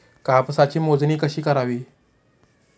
कापसाची मोजणी कशी करावी?